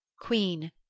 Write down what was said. Queen